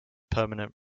permanent